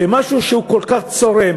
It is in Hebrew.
במשהו שהוא כל כך צורם.